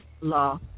law